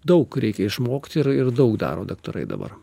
daug reikia išmokti ir ir daug daro daktarai dabar